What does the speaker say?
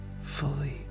fully